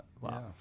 wow